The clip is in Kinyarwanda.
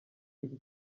iki